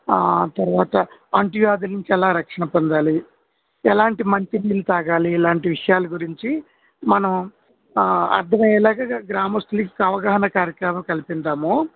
ఆ తర్వాత అంటు వ్యాధుల నుంచి ఎలా రక్షణ పొందాలి ఎలాంటి మంచి నీళ్ళు తాగాలి ఇలాంటి విషయాల గురించి మనం అర్థమయ్యేలాగా గ్రామస్థులకు అవగాహన కార్యక్రమం కల్పిందాము